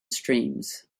streams